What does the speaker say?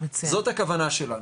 זאת הכוונה שלנו.